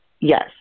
Yes